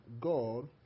God